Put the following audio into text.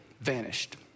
vanished